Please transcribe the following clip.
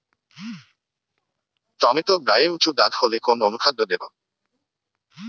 Tomato গায়ে উচু দাগ হলে কোন অনুখাদ্য দেবো?